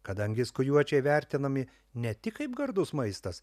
kadangi skujuočiai vertinami ne tik kaip gardus maistas